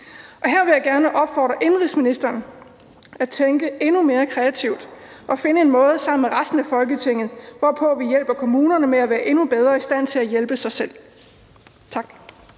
Her vil jeg gerne opfordre social- og indenrigsministeren til at tænke endnu mere kreativt og finde en måde sammen med resten af Folketinget, hvorpå vi hjælper kommunerne med at være endnu bedre i stand til at hjælpe sig selv. Tak.